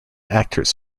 actors